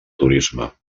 turisme